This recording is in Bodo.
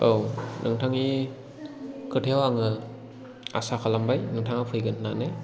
औ नोंथांनि खोथायाव आङो आसा खालामबाय नोंथाङा फैगोन होननानै